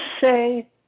say